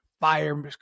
fire